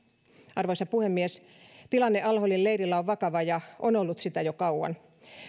arvoisa puhemies tilanne al holin leirillä on vakava ja on ollut jo kauan